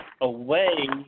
away